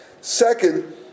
Second